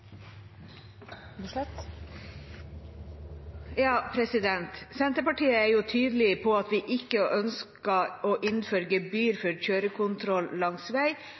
blir replikkordskifte. Senterpartiet er tydelig på at vi ikke ønsker å innføre gebyr for kjørekontroll langs